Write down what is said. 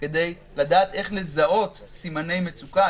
כדי לדעת איך לזהות סימני מצוקה,